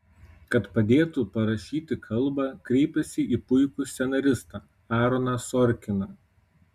kad padėtų parašyti kalbą kreipėsi į puikų scenaristą aaroną sorkiną